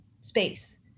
space